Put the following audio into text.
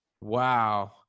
wow